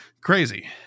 Crazy